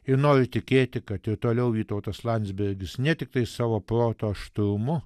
ir noriu tikėti kad ir toliau vytautas landsbergis ne tiktai savo proto aštrumo